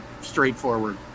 straightforward